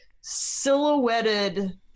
silhouetted